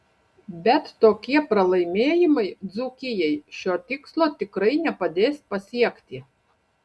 bet tokie pralaimėjimai dzūkijai šio tikslo tikrai nepadės pasiekti